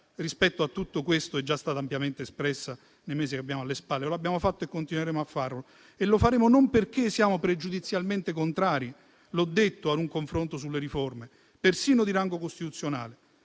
rispetto a tutto questo è già stata ampiamente espressa nei mesi che abbiamo alle spalle. Lo abbiamo fatto e continueremo a farlo e lo faremo non perché siamo pregiudizialmente contrari ad un confronto sulle riforme persino di rango costituzionale,